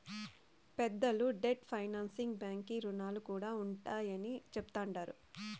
పెద్దలు debt financing బాంకీ రుణాలు కూడా ఉండాయని చెప్తండారు